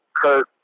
Kurt